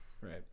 Right